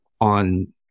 on